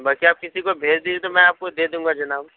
باقی آپ کسی کو بھیج دیجیے تو میں آپ کو دے دوں گا جناب